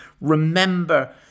Remember